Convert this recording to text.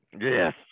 Yes